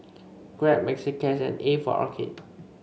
Grab Maxi Cash and A for Arcade